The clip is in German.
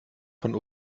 von